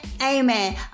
Amen